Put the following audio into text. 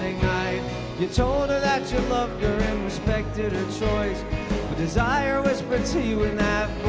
you told her that you loved her and respected her choice but desire was put to you and